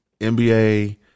NBA